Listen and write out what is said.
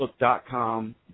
Facebook.com